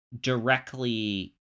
directly